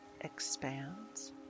expands